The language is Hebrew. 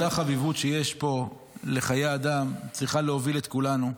אותה חביבות שיש פה לחיי אדם צריכה להוביל את כולנו,